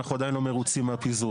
אנחנו עדיין לא מרוצים מהפיזור.